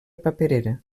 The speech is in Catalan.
paperera